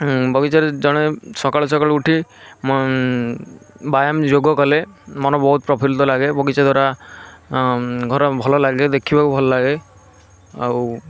ବଗିଚାରେ ଜଣେ ସକାଳୁ ସକାଳୁ ଉଠି ବ୍ୟାୟାମ ଯୋଗ କଲେ ମନ ବହୁତ ପ୍ରଫୁଲ୍ଲିତ ଲାଗେ ବଗିଚା ଦ୍ୱାରା ଘର ଭଲ ଲାଗେ ଦେଖିବାକୁ ଭଲ ଲାଗେ ଆଉ